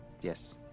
yes